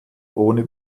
ohne